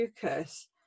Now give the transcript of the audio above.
focus